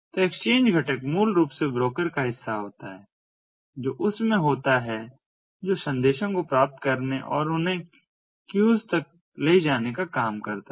तो एक्सचेंज घटक मूल रूप से ब्रोकर का हिस्सा होता है जो उस में होता है जो संदेशों को प्राप्त करने और उन्हें क्यूस तक ले जाने का काम करता है